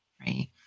Right